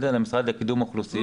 באגף לקידום אוכלוסיות.